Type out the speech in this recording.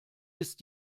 ist